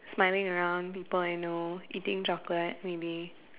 smiling around people I know eating chocolate maybe